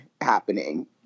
happening